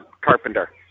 carpenter